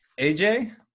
AJ